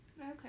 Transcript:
Okay